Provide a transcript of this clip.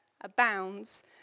abounds